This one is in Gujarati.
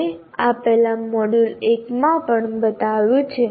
આપણે આ પહેલા મોડ્યુલ 1 માં પણ બતાવ્યું છે